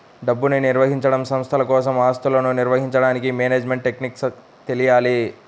డబ్బుని నిర్వహించడం, సంస్థల కోసం ఆస్తులను నిర్వహించడానికి మేనేజ్మెంట్ టెక్నిక్స్ తెలియాలి